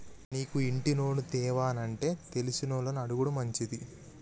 నీకు ఇంటి లోను తేవానంటే తెలిసినోళ్లని అడుగుడు మంచిది